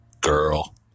Girl